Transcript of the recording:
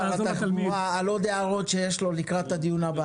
התחבורה על עוד הערות שיש לו לקראת הדיון הבא,